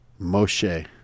Moshe